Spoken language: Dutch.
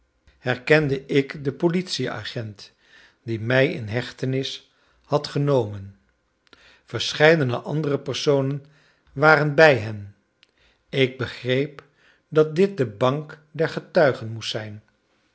herkende ik den politie-agent die mij in hechtenis had genomen verscheidene andere personen waren bij hen ik begreep dat dit de bank der getuigen moest zijn